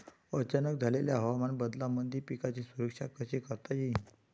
अचानक झालेल्या हवामान बदलामंदी पिकाची सुरक्षा कशी करता येईन?